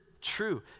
true